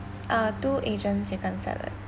ah two asian chicken salad